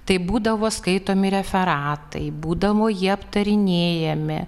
tai būdavo skaitomi referatai būdavo jie aptarinėjami